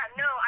no